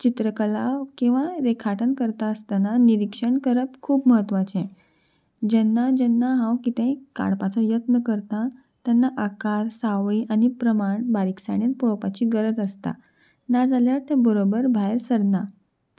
चित्रकला किंवां रेखाटन करता आसतना निरीक्षण करप खूब म्हत्वाचें जेन्ना जेन्ना हांव कितेंय काडपाचो यत्न करता तेन्ना आकार सावळी आनी प्रमाण बारीकसाणेन पळोवपाची गरज आसता नाजाल्यार तें बरोबर भायर सरना